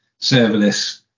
serverless